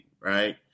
right